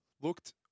Looked